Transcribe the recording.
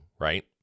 right